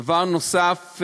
דבר נוסף,